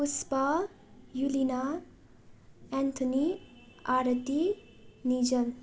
Pushpa Yulina Anthony Aarti Nissl